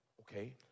okay